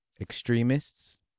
extremists